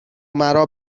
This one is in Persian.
مرا